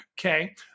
Okay